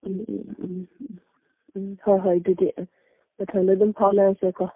ꯎꯝ ꯎꯝ ꯎꯝ ꯎꯝ ꯎꯝ ꯍꯣꯏ ꯍꯣꯏ ꯑꯗꯨꯗꯤ ꯃꯊꯪꯗ ꯑꯗꯨꯝ ꯐꯥꯎꯅꯔꯁꯦꯀꯣ